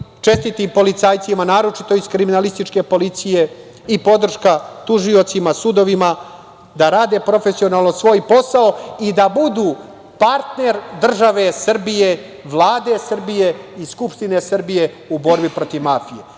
čestitim policajcima, naročito iz kriminalističke policije i podrška tužiocima, sudovima da rade profesionalno svoj posao i da budu partner države Srbije, Vlade Srbije i Skupštine Srbije u borbi protiv mafije,